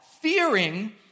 fearing